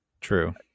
True